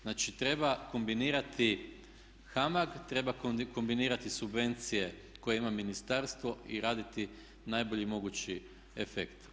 Znači treba kombinirati HAMAG, treba kombinirati subvencije koje ima ministarstvo i raditi najbolji mogući efekt.